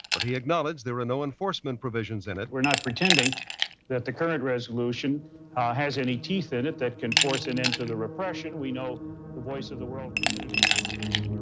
but he acknowledged there were no enforcement provisions in it we're not pretending that the kurd resolution has any teeth in it that can force an end to the repression. we know the voice of the world community has been speaking.